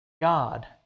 God